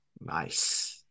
Nice